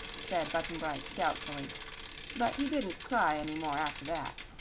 said button-bright, doubtfully but he didn't cry any more after that.